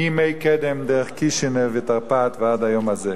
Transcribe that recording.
מימי קדם דרך קישינב ותרפ"ט ועד היום הזה.